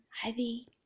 heavy